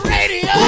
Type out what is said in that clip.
Radio